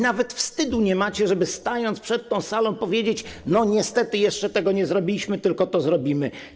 Nawet wstydu nie macie, żeby stanąć przed tą salą i powiedzieć: niestety jeszcze tego nie zrobiliśmy, tylko to zrobimy.